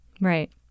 Right